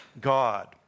God